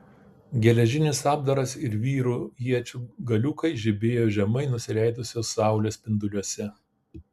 geležinis apdaras ir vyrų iečių galiukai žibėjo žemai nusileidusios saulės spinduliuose